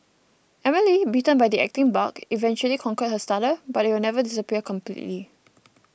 Emily bitten by the acting bug eventually conquered her stutter but it will never disappear completely